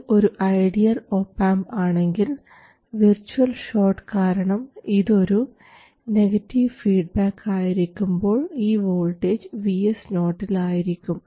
ഇത് ഒരു ideal op amp ആണെങ്കിൽ വിർച്ച്വൽ ഷോർട്ട് കാരണം ഇത് ഒരു നെഗറ്റീവ് ഫീഡ്ബാക്ക് ആയിരിക്കുമ്പോൾ ഈ വോൾട്ടേജ് VS0 ൽ ആയിരിക്കും